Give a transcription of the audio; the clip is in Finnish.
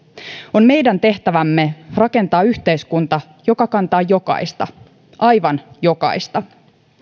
on meidän tehtävämme rakentaa yhteiskunta joka kantaa jokaista aivan jokaista